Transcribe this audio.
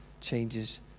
changes